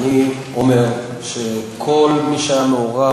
אני אומר שכל מי שהיה מעורב,